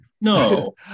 no